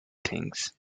things